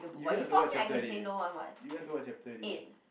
you read until what chapter already you read until what chapter already